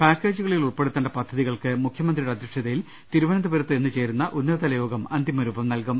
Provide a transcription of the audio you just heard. പാ ക്കേജുകളിൽ ഉൾപെടുത്തേണ്ട പദ്ധതികൾക്ക് മുഖ്യമന്ത്രിയുടെ അധ്യക്ഷത യിൽ തിരുവനന്തപുരത്ത് ഇന്ന് ചേരുന്ന ഉന്നതതല യോഗം അന്തിമ രൂപം നൽ കും